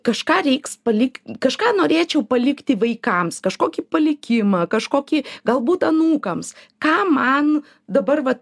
kažką reiks palikt kažką norėčiau palikti vaikams kažkokį palikimą kažkokį galbūt anūkams ką man dabar vat